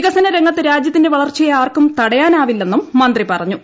വികസന രംഗത്ത് രാജ്യത്തിന്റെ വളർച്ചയെ ആർക്കും തടയാനാവില്ലെന്നും മന്ത്രി പറഞ്ഞു